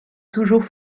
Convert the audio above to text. toujours